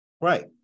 Right